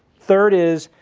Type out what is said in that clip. third is,